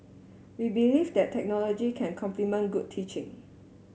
we believe that technology can complement good teaching